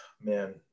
man